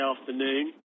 afternoon